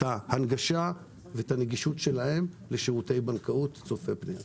ההנגשה ואת הנגישות שלהם לשירותי בנקאות צופה פני העתיד.